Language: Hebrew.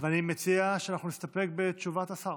אני מציע שאנחנו נסתפק בתשובת השר